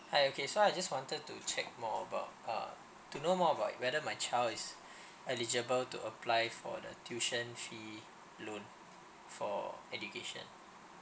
hi okay so I just wanted to check more about uh to know more about whether my child is eligible to apply for the tuition fee loan for education